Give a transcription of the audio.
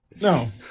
No